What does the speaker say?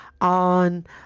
on